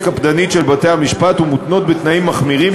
קפדנית של בתי-המשפט ומותנות בתנאים מחמירים,